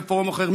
בפורום אחר,